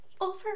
Over